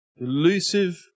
elusive